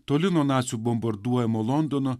toli nuo nacių bombarduojamo londono